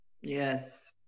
Yes